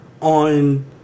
on